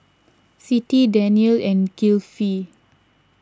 Siti Daniel and Kilfi